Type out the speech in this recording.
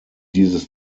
dieses